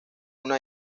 una